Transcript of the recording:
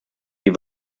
die